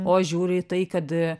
o aš žiūriu į tai kad